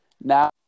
Now